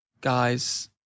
guys